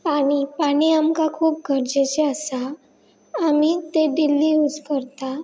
पानी पानी आमकां खूब गरजेचें आसा आमी ते डेली यूज करता